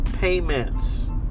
payments